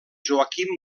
joaquim